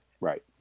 right